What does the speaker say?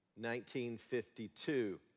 1952